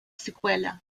secuela